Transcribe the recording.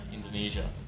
Indonesia